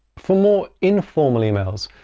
for more informal emails,